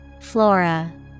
Flora